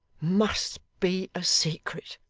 must be a secret.